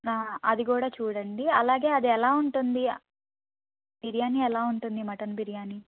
అది కూడా చూడండి అలాగే అది ఎలా ఉంటుంది బిర్యానీ ఎలా ఉంటుంది మటన్ బిర్యానీ